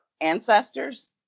ancestors